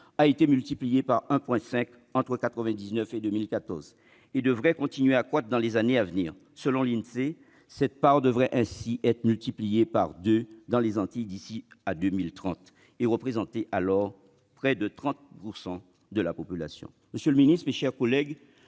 a été multipliée par 1,5 entre 1999 et 2014 et devrait continuer à croître dans les années à venir. Selon l'Insee, cette part devrait ainsi doubler dans les Antilles d'ici à 2030, pour représenter près de 30 % de la population. Monsieur le secrétaire d'État, mes chers collègues,